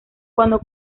cuando